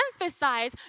emphasize